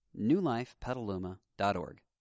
newlifepetaluma.org